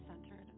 centered